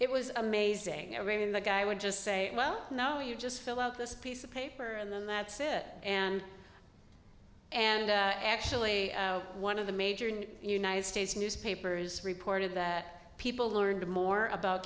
it was amazing i mean the guy would just say well no you just fill out this piece of paper and then that's it and and actually one of the major united states newspapers reported that people learned more about